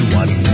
one